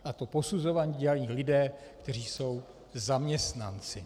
A to posuzování dělají lidé, kteří jsou zaměstnanci.